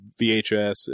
VHS